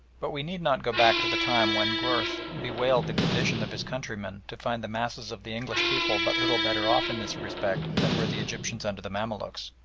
but we need not go back to the time when gurth bewailed the condition of his countrymen to find the masses of the english people but little better off in this respect than were the egyptians under the mamaluks.